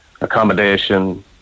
accommodation